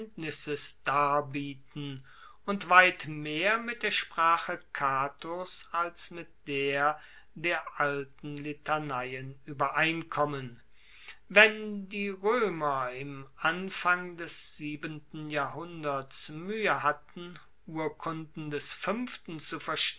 darbieten und weit mehr mit der sprache catos als mit der der alten litaneien uebereinkommen wenn die roemer im anfang des siebenten jahrhunderts muehe hatten urkunden des fuenften